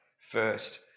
first